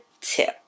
tip